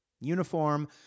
uniform